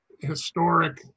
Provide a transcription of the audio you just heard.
historic